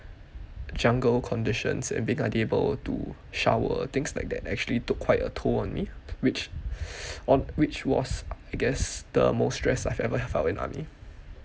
jungle conditions and being unable able to shower things like that actually took quite a toll on me which on which was I guess the most stress I have ever felt in army